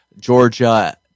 Georgia